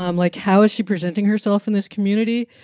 um like, how is she presenting herself in this community?